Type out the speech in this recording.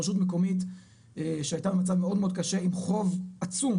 זו רשות מקומית שהייתה במצב מאוד מאוד קשה עם חוב עצום,